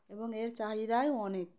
এবং এর চাহিদাও অনেক